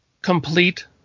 complete